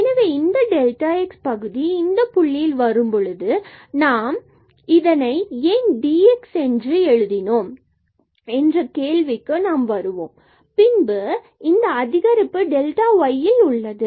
எனவே இந்த delta x பகுதி இந்த புள்ளியில் வரும்பொழுது இதனை நாம் ஏன் dx இவ்வாறு எழுதினோம் என்ற கேள்விக்கு நாம் வருவோம் மற்றும் பின்பு இந்த அதிகரிப்பு டெல்டா yல் உள்ளது